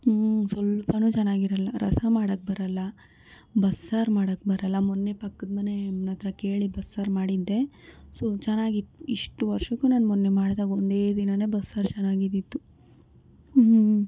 ಹ್ಞೂ ಸ್ವಲ್ಪವೂ ಚೆನ್ನಾಗಿರೋಲ್ಲ ರಸ ಮಾಡೋಕ್ಕೆ ಬರೋಲ್ಲ ಬಸ್ಸಾರು ಮಾಡೋಕ್ಕೆ ಬರೋಲ್ಲ ಮೊನ್ನೆ ಪಕ್ಕದ್ಮನೆಯಮ್ಮನತ್ರ ಕೇಳಿ ಬಸ್ಸಾರು ಮಾಡಿದ್ದೆ ಸ್ವಲ್ಪ ಚೆನ್ನಾಗಿ ಇಷ್ಟು ವರ್ಷಕ್ಕೂ ನಾನು ಮೊನ್ನೆ ಮಾಡ್ದಾಗ ಒಂದೇ ದಿನವೇ ಬಸ್ಸಾರು ಚೆನ್ನಾಗಿದ್ದಿತ್ತು